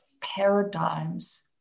paradigms